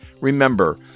remember